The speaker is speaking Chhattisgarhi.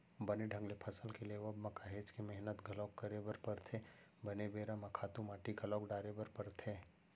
बने ढंग ले फसल के लेवब म काहेच के मेहनत घलोक करे बर परथे, बने बेरा म खातू माटी घलोक डाले बर परथे